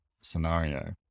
scenario